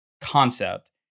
concept